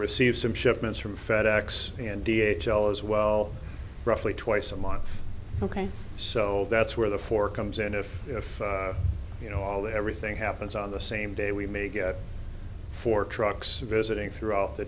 receive some shipments from fedex and d h l as well roughly twice a month ok so that's where the four comes in if if you know all that everything happens on the same day we may get four trucks visiting throughout the